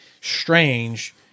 strange